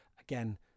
again